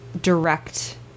direct